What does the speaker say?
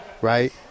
right